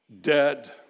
dead